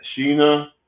Sheena